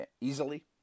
easily